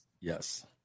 Yes